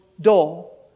dull